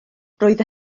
roedd